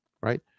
Right